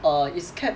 err it's kept